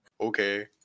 Okay